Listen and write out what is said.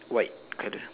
white colour